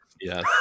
yes